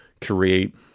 create